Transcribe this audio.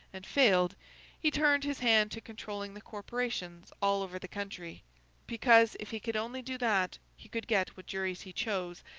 and failed he turned his hand to controlling the corporations all over the country because, if he could only do that, he could get what juries he chose,